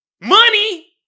Money